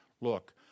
Look